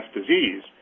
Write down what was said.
disease